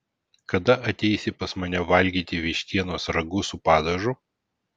kada ateisi pas mane valgyti vištienos ragu su padažu